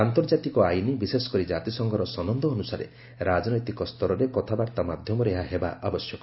ଆନ୍ତର୍ଜାତିକ ଆଇନ ବିଶେଷ କରି ଜାତିସଂଘର ସନନ୍ଦ ଅନୁସାରେ ରାଜନୈତିକ ସ୍ତରରେ କଥାବାର୍ତ୍ତା ମାଧ୍ୟମରେ ଏହା ହେବା ଆବଶ୍ୟକ